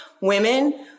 Women